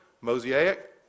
mosaic